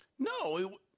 No